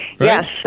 Yes